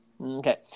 Okay